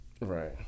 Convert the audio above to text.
right